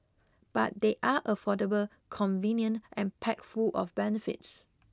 but they are affordable convenient and packed full of benefits